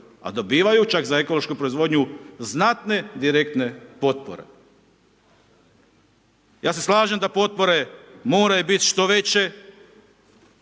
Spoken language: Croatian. a dobivaju čak za ekološku proizvodnju znatne direktne potpore. Ja se slažem da potpore moraju biti što veće